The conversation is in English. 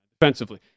defensively